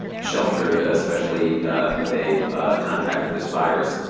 sheltered, especially if they've contracted this virus.